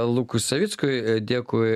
lukui savickui dėkui